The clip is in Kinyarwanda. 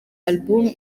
album